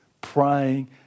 praying